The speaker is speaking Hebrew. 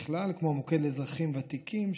כמו המוקד לאזרחים ותיקים,